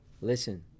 listen